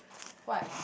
what